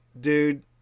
dude